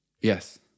Yes